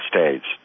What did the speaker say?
States